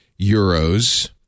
euros